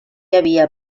havia